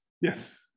yes